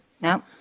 No